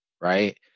right